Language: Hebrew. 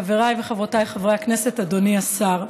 חבריי וחברותיי חברי הכנסת, אדוני השר,